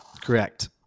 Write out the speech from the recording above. Correct